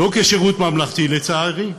לא כשירות ממלכתי, לצערי,